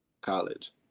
college